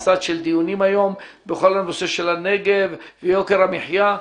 סד של דיונים היום בכל הנושא של הנגב ויוקר המחיה.